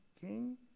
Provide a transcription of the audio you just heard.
king